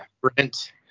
Brent